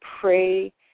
pray